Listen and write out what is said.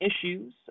issues